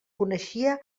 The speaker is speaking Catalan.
coneixia